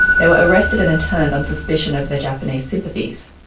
they were arrested and interned on suspicion of their japanese sympathies.